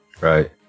Right